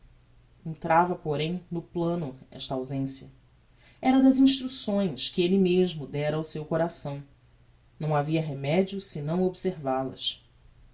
isso entrava porém no plano esta ausencia era das instrucções que elle mesmo dera ao seu coração não havia remedio senão observal as no